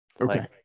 Okay